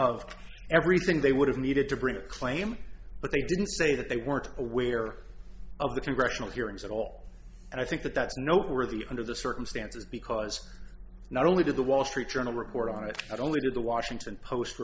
of everything they would have needed to bring a claim but they didn't say that they weren't aware of the congressional hearings at all and i think that that's noteworthy under the circumstances because not only did the wall street journal report on it not only did the washington post